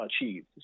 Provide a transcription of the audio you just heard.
achieved